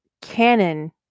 canon